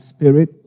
Spirit